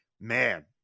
man